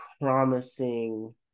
promising